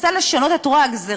תנסה לשנות את רוע הגזירה,